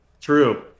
True